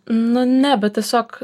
na ne bet tiesiog